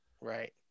Right